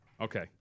Okay